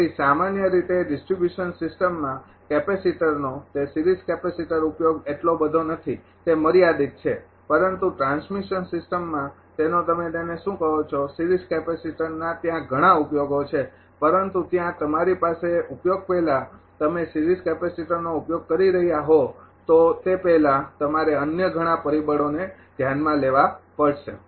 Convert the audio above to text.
તેથી સામાન્ય રીતે ડિસ્ટ્રિબ્યુશન સિસ્ટમમાં કેપેસિટરનો તે સિરીઝ કેપેસીટર ઉપયોગ એટલો બધો નથી તે મર્યાદિત છે પરંતુ ટ્રાન્સમિશન સિસ્ટમમાં તેનો તમે તેને શું કહો છો સિરીઝ કેપેસિટરોના ત્યાં ઘણા ઉપયોગો છે પરંતુ ત્યાં તમારી પાસે ઉપયોગ પહેલાં તમે સિરીઝ કેપેસિટરનો ઉપયોગ કરી રહ્યાં હો તે પહેલા તમારે અન્ય ઘણા પરિબળોને પણ ધ્યાનમાં લેવા પડશે